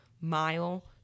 mile